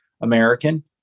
American